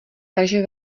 takže